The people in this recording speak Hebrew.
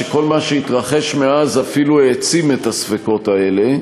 שכל מה שהתרחש מאז אפילו העצים את הספקות האלה.